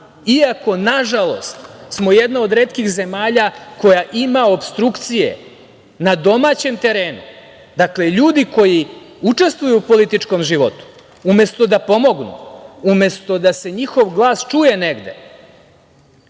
iako, nažalost, smo jedna od retkih zemalja koja ima opstrukcije na domaćem terenu. Dakle, ljudi koji učestvuju u političkom životu, umesto da pomognu, umesto da se njihov glas čuje negde